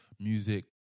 music